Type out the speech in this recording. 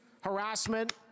harassment